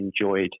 enjoyed